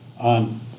on